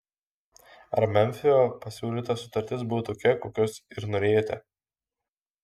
ar memfio pasiūlyta sutartis buvo tokia kokios ir norėjote